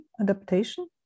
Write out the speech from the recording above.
adaptation